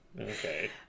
Okay